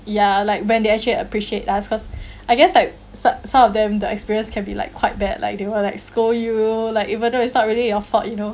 ya like when they actually appreciate us cause I guess like some some of them the experience can be like quite bad like they were like scold you like even though it's not really your fault you know